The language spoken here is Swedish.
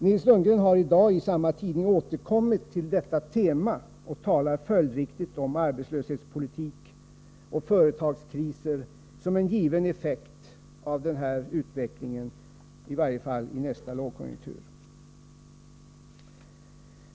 Nils Lundgren har i dag i samma tidning återkommit till detta tema och talar följdriktigt om arbetslöshetspolitik och företagskriser som en given effekt av den här utvecklingen, i varje fall i nästa lågkonjunktur.